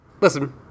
Listen